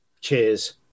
Cheers